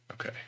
Okay